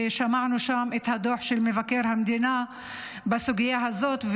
ושמענו שם את הדוח של מבקר המדינה בסוגיה הזאת,